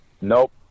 Nope